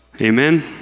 Amen